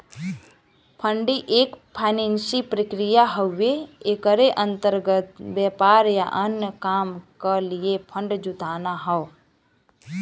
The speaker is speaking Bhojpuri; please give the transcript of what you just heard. फंडिंग एक फाइनेंसियल प्रक्रिया हउवे एकरे अंतर्गत व्यापार या अन्य काम क लिए फण्ड जुटाना हौ